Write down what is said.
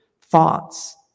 thoughts